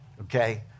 okay